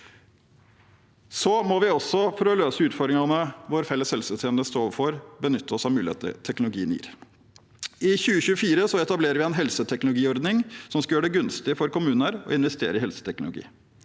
Vi må også, for å løse utfordringene vår felles helsetjeneste står overfor, benytte oss av muligheter teknologien gir. I 2024 etablerer vi en helseteknologiordning som skal gjøre det gunstig for kommuner å investere i helseteknologi.